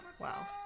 Wow